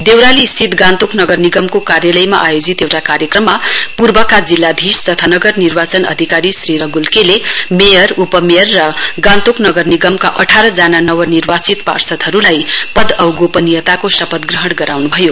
देउराली स्थित गान्तोक नगर नियमको कार्यलयमा आयोजित एउटा कार्यक्रममा पूर्वका जिल्लाधीश नगर निर्वाचन अधिकारी श्री रगूल के ले मेयर उपमेयर र गान्तोक नगर निगम अठार जना नव निर्वाचित पार्षदहरुलाई पद औ गोपनीयताको शपथ ग्रहण गराउन् भयो